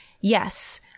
yes